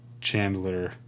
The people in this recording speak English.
Chandler